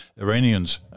Iranians